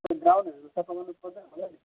ग्राउन्डहरू त सफा गर्नु पर्दैन होला नि